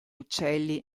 uccelli